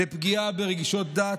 לפגיעה ברגשות דת,